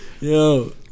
Yo